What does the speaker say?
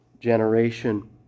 generation